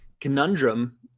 conundrum